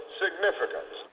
significance